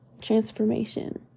transformation